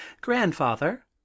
Grandfather